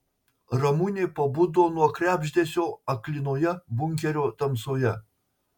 ramunė pabudo nuo krebždesio aklinoje bunkerio tamsoje